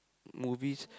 movies